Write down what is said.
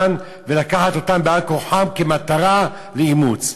ולקחת אותם בעל כורחם כמטרה לאימוץ.